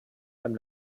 beim